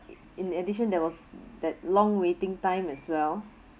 in addition there was that long waiting time as well